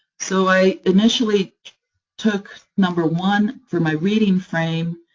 so i initially took number one for my reading frame.